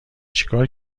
چیکار